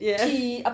yes